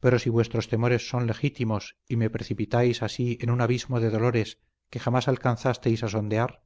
pero si vuestros temores son legítimos y me precipitáis así en un abismo de dolores que jamás alcanzaréis a sondear